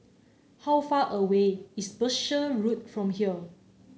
how far away is Berkshire Road from here